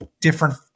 different